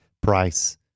price